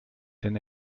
denn